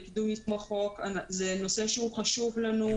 זה נושא שחשוב לנו.